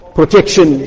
protection